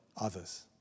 others